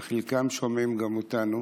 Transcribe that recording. חלקם גם שומעים אותנו,